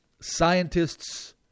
scientists